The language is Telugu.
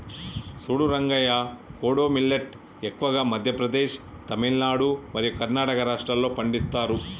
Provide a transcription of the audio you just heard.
సూడు రంగయ్య కోడో మిల్లేట్ ఎక్కువగా మధ్య ప్రదేశ్, తమిలనాడు మరియు కర్ణాటక రాష్ట్రాల్లో పండిస్తారు